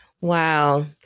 Wow